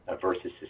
versus